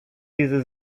diese